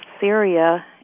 Syria